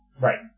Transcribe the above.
Right